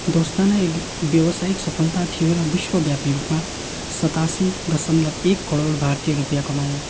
दोस्ताना एक व्यवसायिक सफलता थियो र विश्वव्यापी रूपमा सतासी दसमलव एक करोड भारतीय रूपियाँ कमायो